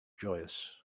joyous